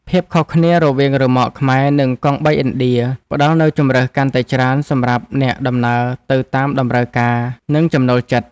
ភាពខុសគ្នារវាងរ៉ឺម៉កខ្មែរនិងកង់បីឥណ្ឌាផ្តល់នូវជម្រើសកាន់តែច្រើនសម្រាប់អ្នកដំណើរទៅតាមតម្រូវការនិងចំណូលចិត្ត។